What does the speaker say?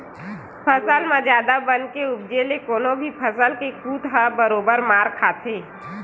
फसल म जादा बन के उपजे ले कोनो भी फसल के कुत ह बरोबर मार खाथे